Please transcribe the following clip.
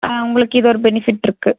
ஆ உங்களுக்கு இது ஒரு பெனிஃபிட் இருக்குது